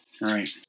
right